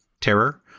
terror